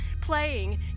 playing